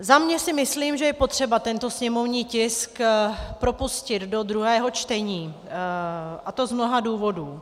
Za sebe si myslím, že je potřeba tento sněmovní tisk propustit do druhého čtení, a to z mnoha důvodů.